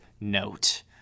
note